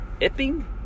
Epping